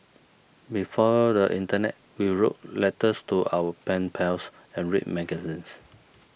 before the internet we wrote letters to our pen pals and read magazines